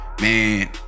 Man